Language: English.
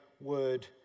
word